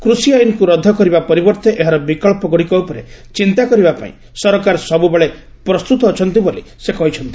କୃଷି ଆଇନକୁ ରଦ୍ଦ କରିବା ପରିବର୍ତ୍ତେ ଏହାର ବିକଳ୍ପଗୁଡ଼ିକ ଉପରେ ଚିନ୍ତା କରିବା ପାଇଁ ସରକାର ସବୁବେଳେ ପ୍ରସ୍ତୁତ ଅଛନ୍ତି ବୋଲି ସେ କହିଛନ୍ତି